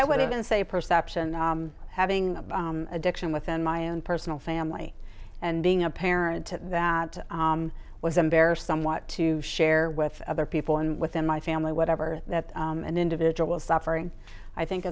i would have been say perception having addiction within my own personal family and being a parent to that i was embarrassed somewhat to share with other people and within my family whatever that an individual suffering i think